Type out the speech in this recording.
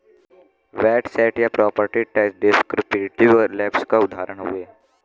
VAT set या property tax descriptive labels क उदाहरण हउवे